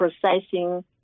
processing